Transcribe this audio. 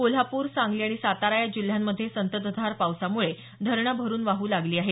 कोल्हापूर सांगली आणि सातारा या जिल्ह्यांमधे संततधार पावसामुळे धरणं भरून वाह लागली आहेत